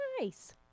Nice